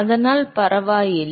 அதனால் பரவாயில்லை